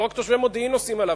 לא רק תושבי מודיעין נוסעים עליו.